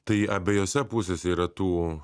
tai abiejose pusėse yra tų